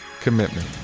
commitment